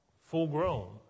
full-grown